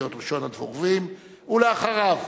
ואחריו,